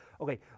Okay